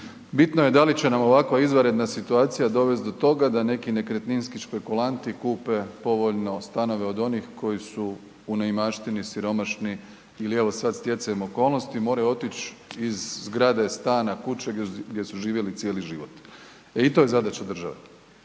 Bitno je da li će nam ovakva izvanredna situacija dovesti do toga da neki nekretninski špekulanti kupe povoljno stanove od onih koji su u neimaštini, siromašni ili evo, sad stjecajem okolnosti moraju otići iz zgrade, stana, kuće, gdje su živjeli cijeli život. E i to je zadaća države.